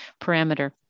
parameter